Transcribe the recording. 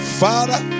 father